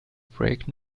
break